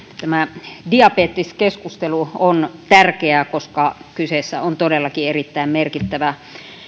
tämä diabetes keskustelu on tärkeää koska kyseessä on todellakin erittäin merkittävä